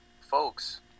folks